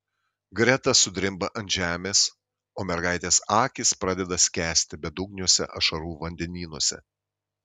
greta sudrimba ant žemės o mergaitės akys pradeda skęsti bedugniuose ašarų vandenynuose